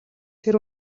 тэр